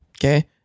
okay